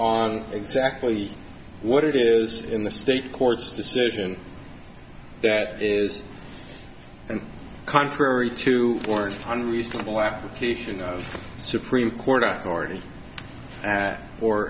on exactly what it is in the state court's decision that is and contrary to force on reasonable application the supreme court or any or